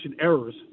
errors